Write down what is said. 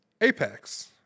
Apex